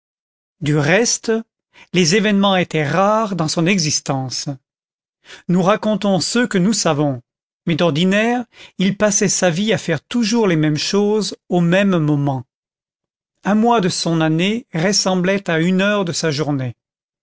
du reste les événements étaient rares dans son existence nous racontons ceux que nous savons mais d'ordinaire il passait sa vie à faire toujours les mêmes choses aux mêmes moments un mois de son année ressemblait à une heure de sa journée